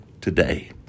today